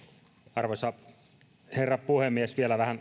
arvoisa herra puhemies vielä vähän